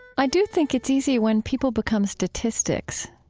i do think it's easy when people become statistics,